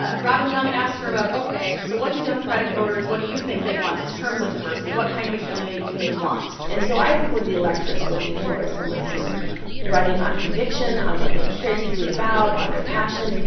ah robin young asked her about, ok, so what do democratic voters what do you think they want in terms of diversity? what kind of a candidate do they want? and so i think what the electorate's looking for is someone who's running on conviction, on what they care deeply about, on their passion,